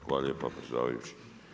Hvala lijepa predsjedavajući.